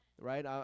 right